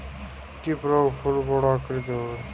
কি প্রয়োগে ফুল বড় আকৃতি হবে?